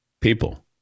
people